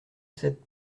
sept